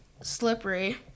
slippery